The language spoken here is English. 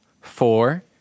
four